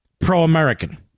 pro-American